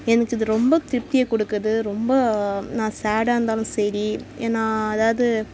எனக்கு இது ரொம்ப திருப்தியை கொடுக்குது ரொம்ப நான் சேடாக இருந்தாலும் சரி ஏன் நான் ஏதாவது